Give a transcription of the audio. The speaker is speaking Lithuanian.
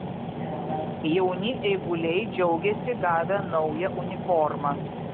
jauni eiguliai džiaugiasi gavę naują uniformą